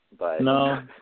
No